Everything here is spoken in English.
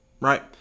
Right